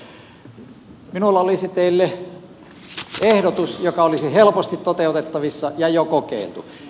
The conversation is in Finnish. minulla olisi teille ehdotus joka olisi helposti toteutettavissa ja jo kokeiltu